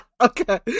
okay